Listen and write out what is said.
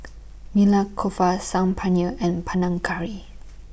Saag Paneer and Panang Curry